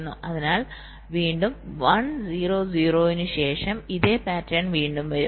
അതിനാൽ വീണ്ടും 1 0 0 ന് ശേഷം ഇതേ പാറ്റേൺ വീണ്ടും വരും